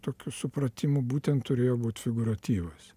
tokiu supratimu būtent turėjo būt figūratyvas